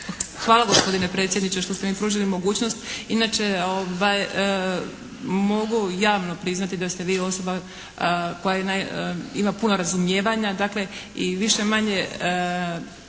Hvala gospodine predsjedniče što ste mi pružili mogućnost. Inače, mogu javno priznati da ste vi osoba koja ima puno razumijevanja dakle i više-manje